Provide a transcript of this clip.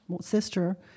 sister